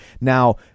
Now